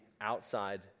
outside